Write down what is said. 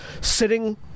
sitting